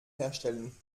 herstellen